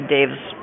Dave's